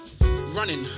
running